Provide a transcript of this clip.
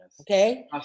Okay